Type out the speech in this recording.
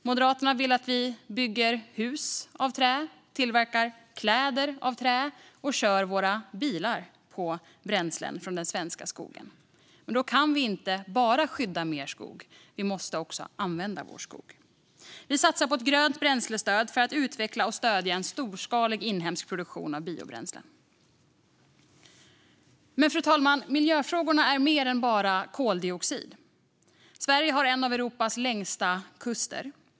Moderaterna vill att vi bygger hus av trä, tillverkar kläder av trä och kör våra bilar på bränslen från den svenska skogen. Då kan vi inte bara skydda mer skog; vi måste också använda vår skog. Vi satsar på ett grönt bränslestöd för att utveckla och stödja en storskalig inhemsk produktion av biobränslen. Fru talman! Miljöfrågorna handlar om mer än bara koldioxid. Sverige har en av Europas längsta kuster.